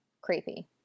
Creepy